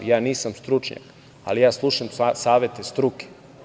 Ja nisam stručnjak, ali ja slušam savete struke.